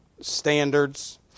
standards